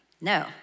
No